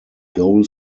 goal